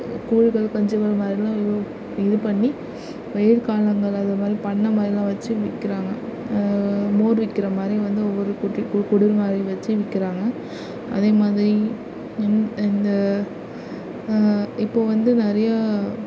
கூழ்கள் கஞ்சிகள் அது மாதிரிலாம் இது பண்ணி வெயில் காலங்களில் அது மாதிரி பண்ணை மாதிரிலாம் வச்சு விற்கிறாங்க மோர் விற்கிர மாதிரி வந்து ஊர் கூட்டி குடில் மாதிரிலாம் வச்சு விற்கிறாங்க அதே மாதிரி இந்த இப்போ வந்து நிறையா